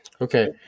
Okay